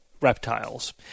reptiles